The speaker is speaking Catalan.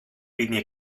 línia